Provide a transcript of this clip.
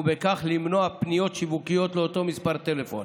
ובכך למנוע פניות שיווקיות לאותו מספר טלפון.